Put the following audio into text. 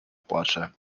płacze